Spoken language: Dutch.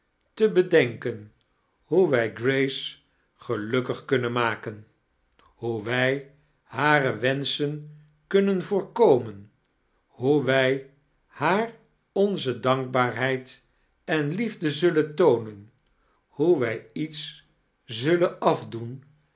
te bedenken hoe wij grace gelukkig kunnen maken hoe wij hare wanischen kunnen voorkomen hoe wij haar onze dankbaarheid en liefde sullen toonen hoe wij iete zullen afdoen